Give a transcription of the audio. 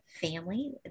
family